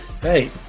Hey